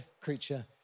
creature